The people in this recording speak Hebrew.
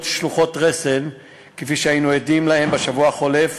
שלוחות רסן כפי שהיינו עדים להן בשבוע החולף